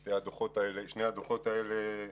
שני הדוחות האלה,